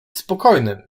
spokojnym